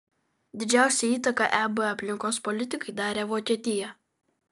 didžiausią įtaką eb aplinkos politikai darė vokietija